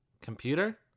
computer